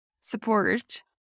support